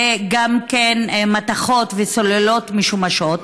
וגם מתכות וסוללות משומשות,